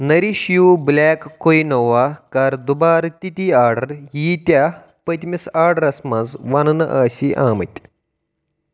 nourish یوٗ بلیک کیوٗنووا کر دُبارٕ تِتی آرڈر ییٖتیٚاہ پٔتمِس آرڈَس مَنٛز وننہٕ ٲسی آمٕتۍ